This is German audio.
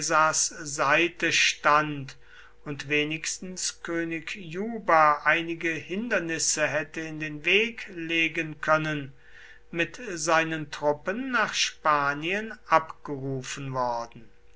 seite stand und wenigstens könig juba einige hindernisse hätte in den weg legen können mit seinen truppen nach spanien abgerufen worden